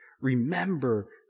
remember